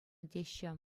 теҫҫӗ